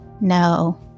No